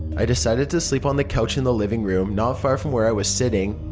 i decided to sleep on the couch in the living room not far from where i was sitting.